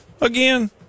again